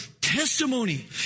testimony